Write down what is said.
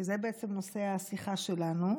כי זה בעצם נושא השיחה שלנו.